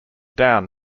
down